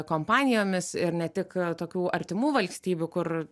kompanijomis ir ne tik tokių artimų valstybių kur